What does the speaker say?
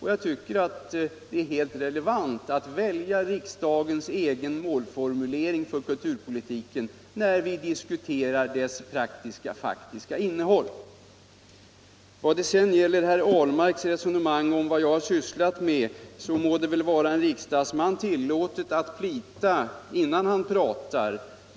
Jag tycker att det är helt relevant att följa riksdagens egen målformulering för kulturpolitiken när vi-diskuterar dess praktiska och faktiska innehåll. Vad sedan gäller herr Ahlmarks resonemang om vad jag sysslar med må det väl vara en riksdagsman tillåtet att plita innan han pratar.